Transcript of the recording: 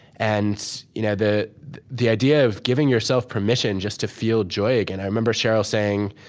and you know the the idea of giving yourself permission just to feel joy again. i remember sheryl saying,